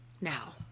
now